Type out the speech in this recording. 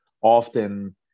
often